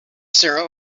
sarah